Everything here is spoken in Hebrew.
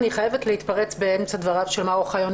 אני חייבת להתפרץ באמצע דבריו של מר אוחיון,